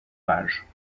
pages